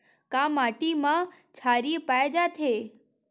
का माटी मा क्षारीय पाए जाथे?